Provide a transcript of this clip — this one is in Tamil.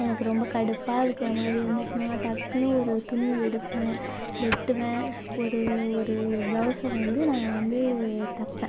எனக்கு ரொம்ப கடுப்பாக இருக்குற மாரி இருந்துச்சுனா டக்குன்னு ஒரு துணியை எடுப்பேன் வெட்டுவேன் ஒரு ஒரு ப்ளவுஸை வந்து நான் வந்து தைப்பேன்